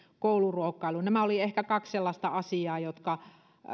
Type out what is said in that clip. kouluruokailuun nämä olivat ehkä kaksi sellaista asiaa